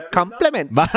compliments